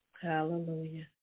Hallelujah